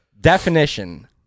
Definition